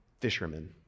fishermen